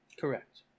Correct